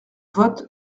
vote